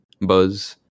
Buzz